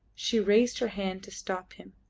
she raised her hand to stop him,